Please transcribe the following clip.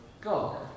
God